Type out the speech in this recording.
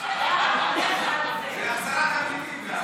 גם חזרת הפליטים.